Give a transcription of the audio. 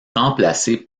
remplacée